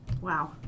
Wow